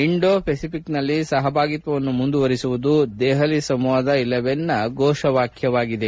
Indo Pacific ನಲ್ಲಿ ಸಹಭಾಗಿತ್ವವನ್ನು ಮುಂದುವರಿಸುವುದು ದೆಹಲಿ ಸಂವಾದ ಇಲೆವೆನ್ನ ಘೋಷವಾಕ್ಹವಾಗಿದೆ